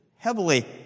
Heavily